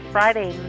Friday